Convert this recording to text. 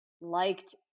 liked